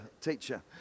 teacher